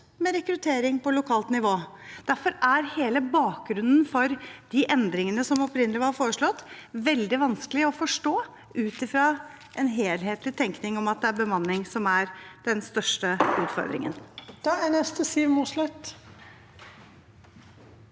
med rekruttering på lokalt nivå. Derfor er hele bakgrunnen for de endringene som opprinnelig var foreslått, veldig vanskelig å forstå ut fra en helhetlig tenkning om at det er bemanning som er den største utfordringen. Siv Mossleth